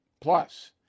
Plus